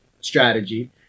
strategy